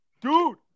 Dude